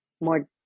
more